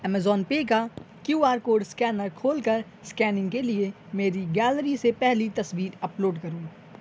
Amazon Pay کا Q R code scanner کھول کر اسکیننگ کے لیے میری گیلری سے پہلی تصویر اپ لوڈ کرو